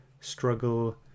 struggle